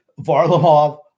Varlamov